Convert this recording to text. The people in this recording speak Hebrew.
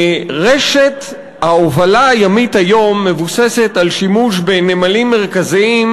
רשת ההובלה הימית מבוססת על שימוש בנמלים מרכזיים,